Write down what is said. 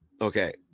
Okay